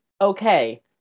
okay